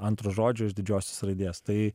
antro žodžio iš didžiosios raidės tai